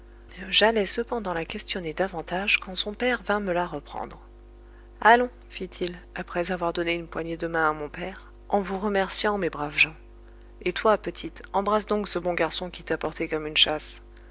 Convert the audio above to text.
j'allais cependant la questionner davantage quand son père vint me la reprendre allons fit-il après avoir donné une poignée de main à mon père en vous remerciant mes braves gens et toi petite embrasse donc ce bon garçon qui t'a portée comme une châsse